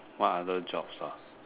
what other jobs ah